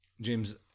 James